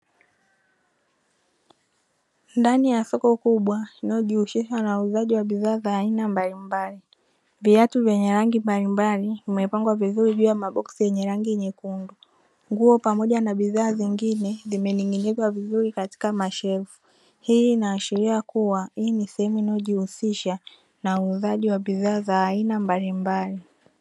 Ndani ya soko kubwa linalojihusisha na uuzaji wa bidhaa za aina mbalimbali viatu vyenye rangi mbalimbali vimepengwa vizuri juu ya maboksi yenye rangi nyekundu. Nguo pamoja na bidhaa zingine zimening`inizwa vizuri katika mashelfu. Hii inaashiria kuwa hii ni sehemu inayojihusisha na uuzaji wa bidhaa za aina mbalimbali.